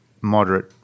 moderate